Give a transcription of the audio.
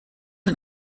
und